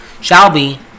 Shelby